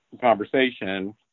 conversation